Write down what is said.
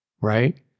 Right